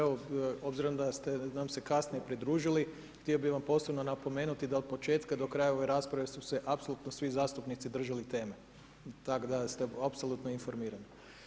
Evo obzirom da ste nam se kasnije pridružili, htio bi vam posebno napomenuti da od početka do kraja ove rasprave su se apsolutno svi zastupnici držali teme, tako da ste apsolutno informirani.